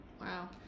wow